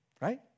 right